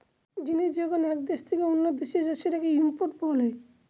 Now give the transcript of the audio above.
জিনিস যখন এক দেশ থেকে অন্য দেশে যায় সেটাকে ইম্পোর্ট বলে